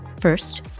First